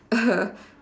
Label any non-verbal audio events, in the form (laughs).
(laughs)